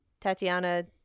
Tatiana